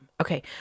Okay